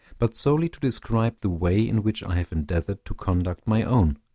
but solely to describe the way in which i have endeavored to conduct my own.